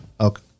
Okay